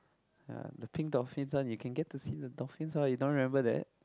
ya the pink dolphins one you can get to see the dolphins orh you don't remember that